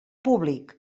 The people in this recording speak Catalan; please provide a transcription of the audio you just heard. públic